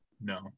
No